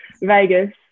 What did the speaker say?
Vegas